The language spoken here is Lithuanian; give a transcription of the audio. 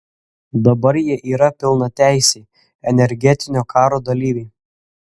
dabar jie yra pilnateisiai energetinio karo dalyviai